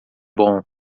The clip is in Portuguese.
bom